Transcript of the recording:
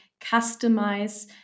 customize